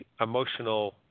emotional